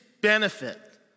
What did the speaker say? benefit